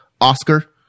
Oscar